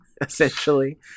essentially